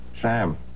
Sam